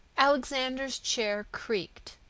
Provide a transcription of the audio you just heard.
alexander's chair creaked.